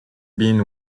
being